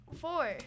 Four